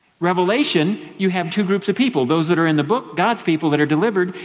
revelation you have two groups of people, those that are in the book, god's people that are delivered,